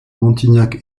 montignac